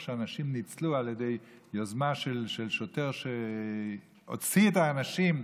איך אנשים ניצלו על ידי יוזמה של שוטר שהוציא את האנשים.